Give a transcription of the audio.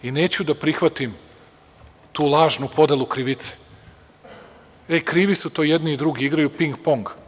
Neću da prihvatim tu lažnu podelu krivice – krivi su tu jedni i drugi, igraju ping pong.